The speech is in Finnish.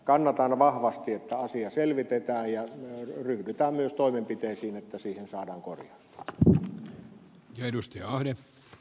kannatan vahvasti että asia selvitetään ja ryhdytään myös toimenpiteisiin että siihen saadaan korjaus